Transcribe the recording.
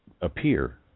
appear